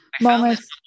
moments